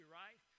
right